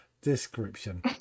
Description